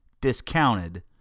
discounted